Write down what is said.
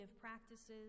practices